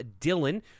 Dylan